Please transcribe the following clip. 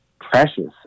precious